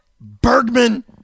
Bergman